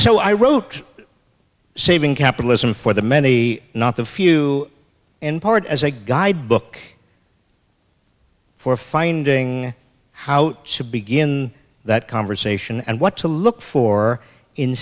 so i wrote saving capitalism for the many not the few in part as a guidebook for finding how to begin that conversation and what to look for in